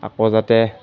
আকৌ যাতে